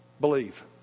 Believe